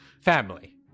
Family